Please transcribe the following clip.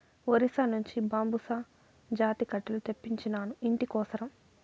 ఒరిస్సా నుంచి బాంబుసా జాతి కట్టెలు తెప్పించినాను, ఇంటి కోసరం